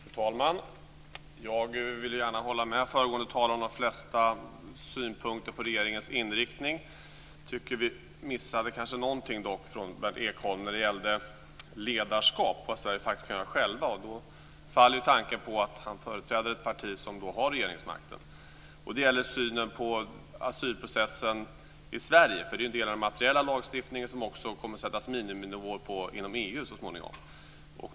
Fru talman! Jag vill gärna hålla med föregående talare om de flesta synpunkterna på regeringens inriktning. Dock saknade vi kanske någonting från Berndt Ekholm när det gäller ledarskap och vad Sverige faktiskt kan göra självt, och då faller tanken på att han företräder ett parti som har regeringsmakten. Det gäller synen på asylprocessen i Sverige. Det är en del av den materiella lagstiftningen som det också kommer att sättas miniminivåer på inom EU så småningom.